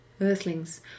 Earthlings